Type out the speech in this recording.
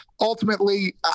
ultimately